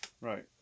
right